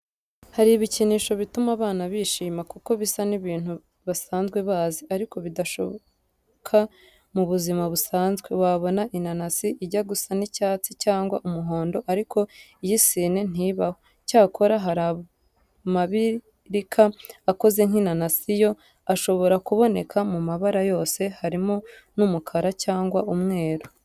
Hari ibikinisho bituma abana bishima kuko bisa n'ibintu basanzwe bazi, ariko bidashoboka mu buzima busanzwe; wabona inanasi ijya gusa n'icyatsi cyangwa umuhondo ariko iy'isine ntibaho, cyakora hari amabirika akoze nk'inanasi yo ashobora kuboneka mu mabara yose, harimo n'umukara cyangwa umweru.